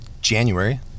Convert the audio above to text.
January